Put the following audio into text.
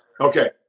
Okay